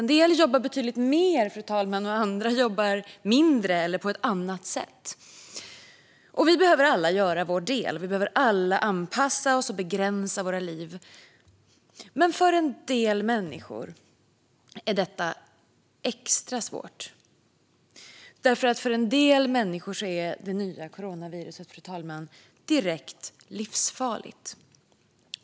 En del jobbar betydligt mer, och andra jobbar mindre eller på ett annat sätt. Vi behöver alla göra vår del. Vi behöver alla anpassa oss och begränsa våra liv. Men för en del människor är detta extra svårt. För en del människor är det nya coronaviruset nämligen direkt livsfarligt.